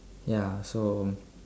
ya so